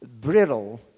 brittle